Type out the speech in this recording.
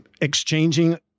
exchanging